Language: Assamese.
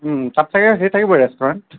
তাত চাগে সেই থাকিবই ৰেষ্টুৰেণ্ট